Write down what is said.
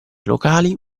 locali